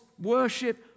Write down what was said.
worship